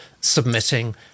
submitting